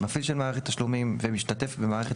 "מפעיל" של מערכת תשלומים" ו"משתתף" במערכת